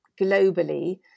globally